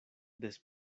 des